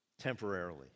temporarily